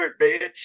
bitch